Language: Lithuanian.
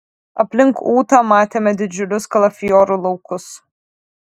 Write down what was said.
aplink ūtą matėme didžiulius kalafiorų laukus